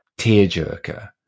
tearjerker